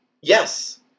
Yes